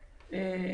אוקיי.